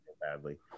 badly